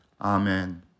Amen